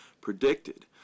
predicted